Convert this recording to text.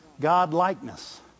God-likeness